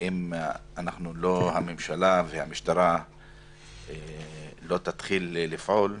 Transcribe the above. אם הממשלה והמשטרה לא יתחילו לפעול,